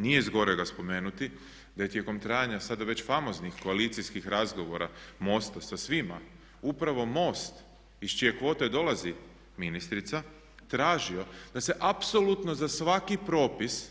Nije zgorega spomenuti da je tijekom trajanja sada već famoznih koalicijskih razgovora MOST-a sa svima, upravo MOST iz čije kvote dolazi ministrica tražio da se apsolutno za svaki propis